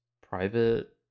private